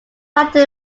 latin